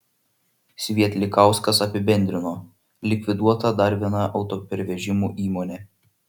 svietlikauskas apibendrino likviduota dar viena autopervežimų įmonė